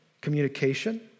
communication